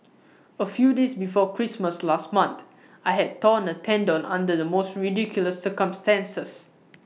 A few days before Christmas last month I had torn A tendon under the most ridiculous circumstances